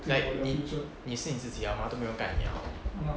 like 你你是你自己了 mah 都没有人盖你了